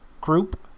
group